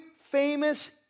famous